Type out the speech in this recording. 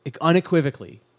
unequivocally